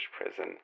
prison